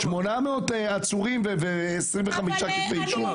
800 עצורים ו-25 כתבי אישום.